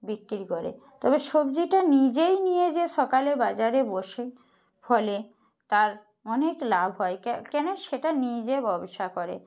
বিক্রি করে তবে সবজিটা নিজেই নিয়ে যেয়ে সকালে বাজারে বসে ফলে তার অনেক লাভ হয় কেন সেটা নিজে ব্যবসা করে